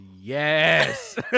Yes